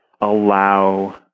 allow